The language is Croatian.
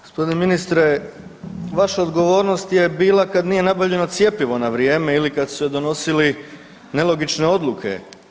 Gospodine ministre vaša odgovornost je bila kada nije nabavljeno cjepivo na vrijeme ili kada su se donosile nelogične odluke.